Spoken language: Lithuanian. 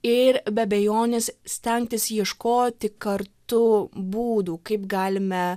ir be abejonės stengtis ieškoti kartu būdų kaip galime